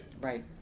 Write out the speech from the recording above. Right